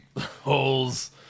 holes